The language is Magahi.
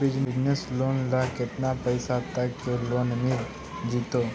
बिजनेस लोन ल केतना पैसा तक के लोन मिल जितै?